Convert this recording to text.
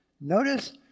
Notice